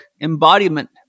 Embodiment